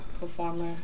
performer